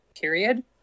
period